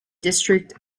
district